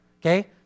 Okay